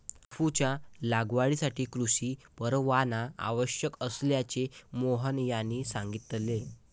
अफूच्या लागवडीसाठी कृषी परवाना आवश्यक असल्याचे मोहन यांनी सांगितले